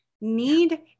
Need